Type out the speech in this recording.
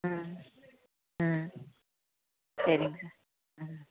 ம் ம் சரிங்க சார் ம்